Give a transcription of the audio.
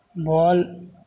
बालु